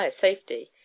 safety